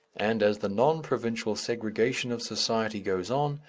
and as the non-provincial segregation of society goes on,